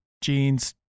jeans